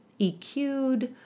EQ'd